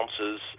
ounces